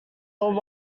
old